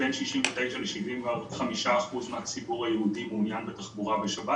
בין 69 ל-75 אחוזים מהציבור היהודי מעוניין בתחבורה בשבת.